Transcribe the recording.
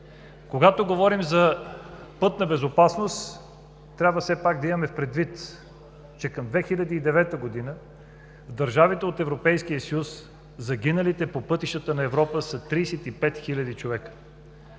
Когато говорим за пътна безопасност, трябва все пак да имаме предвид, че към 2009 г. в държавите от Европейския съюз, загиналите по пътищата на Европа са 35 хиляди човека.